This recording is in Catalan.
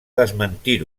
desmentir